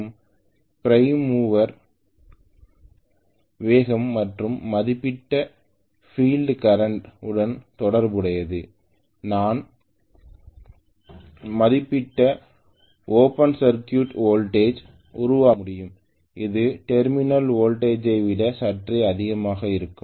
அந்த prime mover வேகம் மற்றும் மதிப்பிடப்பட்ட பீல்ட் கரன்ட் உடன் தொடர்புடையது நான் மதிப்பிடப்பட்ட ஓபன்சர்க்யூட் வோல்டேஜ் உருவாக்க முடியும் இது டெர்மினல் வோல்டேஜ் ஐ விட சற்றே அதிகமாக இருக்கும்